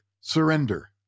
surrender